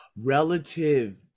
Relative